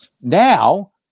Now